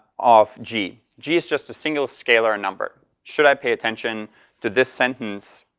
of g. g is just a single scalar number. should i pay attention to this sentence?